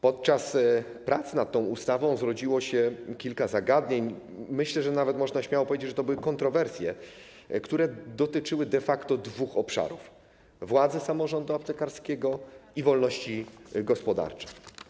Podczas prac nad tą ustawą zrodziło się kilka zagadnień, myślę, że nawet można śmiało powiedzieć, że to były kontrowersje, które dotyczyły de facto dwóch obszarów: władzy samorządu aptekarskiego i wolności gospodarczej.